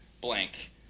blank